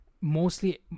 Mostly